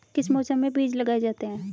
किस मौसम में बीज लगाए जाते हैं?